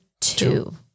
Two